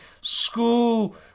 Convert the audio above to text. school